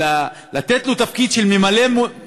לתת לו תפקיד של ממלא-מקום,